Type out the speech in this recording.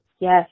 Yes